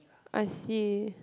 I see